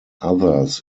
others